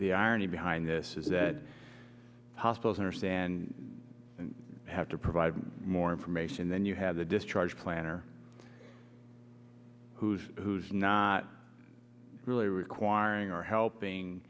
irony behind this is that hospitals understand you have to provide more information then you have the discharge planner who's who's not really requiring or helping